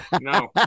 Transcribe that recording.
No